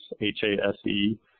H-A-S-E